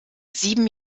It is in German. sieben